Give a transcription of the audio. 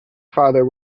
father